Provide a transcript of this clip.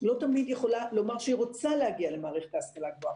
לא תמיד יכולה לומר שהיא רוצה להגיע למערכת ההשכלה הגבוהה.